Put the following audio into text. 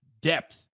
depth